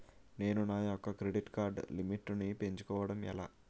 నేను నా యెక్క క్రెడిట్ కార్డ్ లిమిట్ నీ పెంచుకోవడం ఎలా?